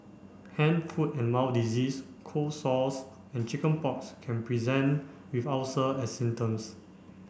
hand foot and mouth disease cold sores and chicken pox can present with ulcers as symptoms